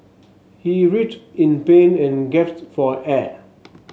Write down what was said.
he writhed in pain and for air